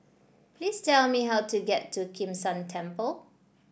please tell me how to get to Kim San Temple